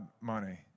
money